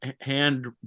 hand